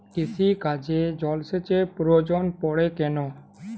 কৃষিকাজে জলসেচের প্রয়োজন পড়ে কেন?